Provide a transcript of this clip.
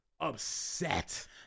upset